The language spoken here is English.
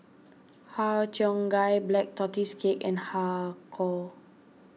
Har Cheong Gai Black Tortoise Cake and Har Kow